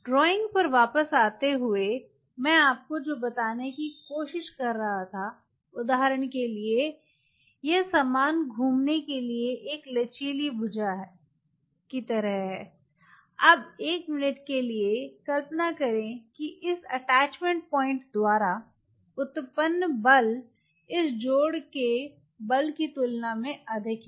drawing पर वापस आते हुए मैं आपको जो बताने की कोशिश कर रहा था उदाहरण के लिए यह सामान घूमने के लिए एक लचीली भुजा की तरह है अब एक मिनट के लिए कल्पना करें कि इस अटैचमेंट पॉइंट द्वारा उत्पन्न बल इस जोड़ के बल की तुलना में अधिक है